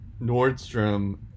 Nordstrom